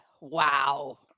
wow